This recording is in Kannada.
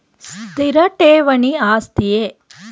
ಸ್ಥಿರ ಠೇವಣಿ ಆಸ್ತಿಯೇ?